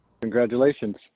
congratulations